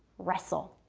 wrestle.